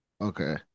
Okay